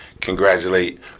congratulate